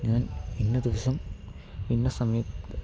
ഞാൻ ഇന്ന ദിവസം ഇന്ന സമയത്ത്